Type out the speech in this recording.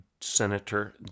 Senator